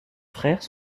frères